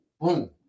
boom